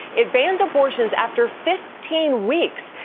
it bans abortions after fifteen weeks.